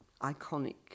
iconic